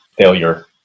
failure